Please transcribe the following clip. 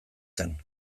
zen